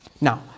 Now